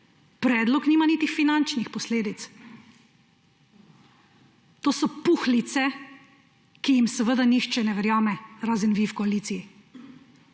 predlog nima niti finančnih posledic. To so puhlice, ki jim seveda nihče ne verjame, razen vi v koaliciji.